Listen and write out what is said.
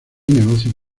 negocios